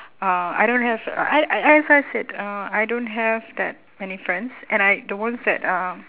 uh I don't have I as I said uh I don't have that many friends and I those that are